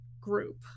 group